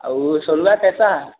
और वह कैसा है